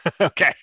Okay